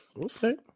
okay